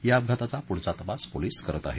या अपघाताचा पुढील तपास पोलीस करत आहेत